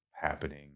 happening